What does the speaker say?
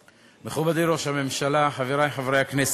מכובדי ראש הממשלה, חברי חברי הכנסת,